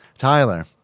Tyler